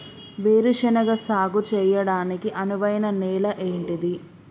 వేరు శనగ సాగు చేయడానికి అనువైన నేల ఏంటిది?